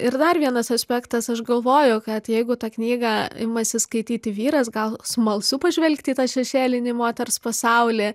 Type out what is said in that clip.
ir dar vienas aspektas aš galvoju kad jeigu tą knygą imasi skaityti vyras gal smalsu pažvelgti į tą šešėlinį moters pasaulį